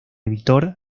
editor